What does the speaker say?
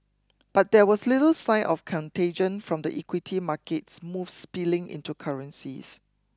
but there was little sign of contagion from the equity market moves spilling into currencies